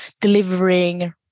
delivering